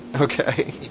Okay